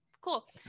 Cool